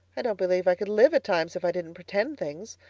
i don't believe i could live at times if i didn't pretend things.